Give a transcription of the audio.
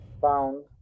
found